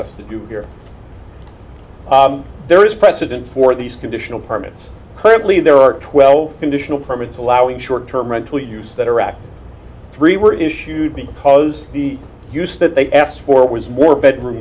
best to do here there is precedent for these conditional permits currently there are twelve conditional permits allowing short term rental use that arac three were issued because the use that they asked for was more bedroom